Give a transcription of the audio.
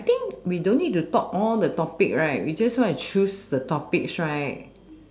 I think we don't need to talk all the topic right we just want to choose the topics right